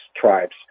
tribes